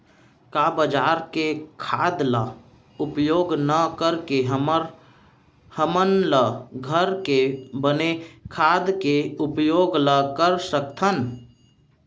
का बजार के खाद ला उपयोग न करके हमन ल घर के बने खाद के उपयोग ल कर सकथन?